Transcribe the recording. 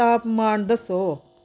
तापमान दस्सो